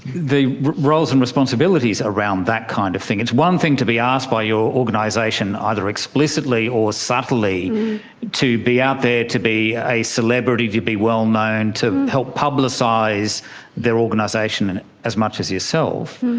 the roles and responsibilities around that kind of thing, it's one thing to be asked by your organisation either explicitly or subtly to be out there, to be a celebrity, to be well known, to help publicise their organisation and as much as yourself,